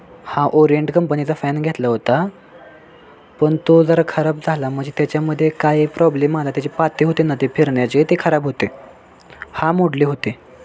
हा ओरियंट कंपनीचा फॅन घेतला होता पण तो जरा खराब झाला म्हणजे त्याच्यामध्ये काय आहे प्रॉब्लेम आला त्याचे पाते होते ना ते फिरण्याचे ते खराब होते हा मोडले होते